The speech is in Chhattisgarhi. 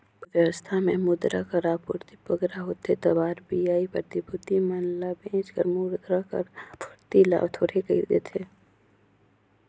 अर्थबेवस्था में मुद्रा कर आपूरति बगरा होथे तब आर.बी.आई प्रतिभूति मन ल बेंच कर मुद्रा कर आपूरति ल थोरहें कइर देथे